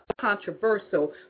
controversial